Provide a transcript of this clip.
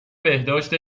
بهداشت